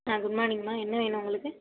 ஆ good மார்னிங்மா என்ன வேணும் உங்களுக்கு